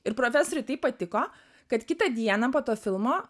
ir profesoriui taip patiko kad kitą dieną po to filmo